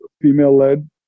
female-led